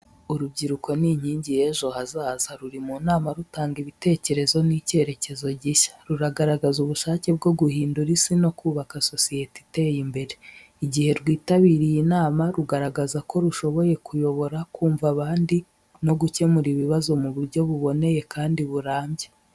Urubyiruko ni inkingi y’ejo hazaza, ruri mu nama rutanga ibitekerezo n’icyerekezo gishya. Ruragaragaza ubushake bwo guhindura isi no kubaka sosiyete iteye imbere. Igihe rwitabiriye inama, rugaragaza ko rushoboye kuyobora, kumva abandi no gukemura ibibazo mu buryo buboneye kandi burambye.